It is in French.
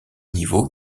niveau